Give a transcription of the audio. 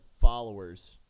followers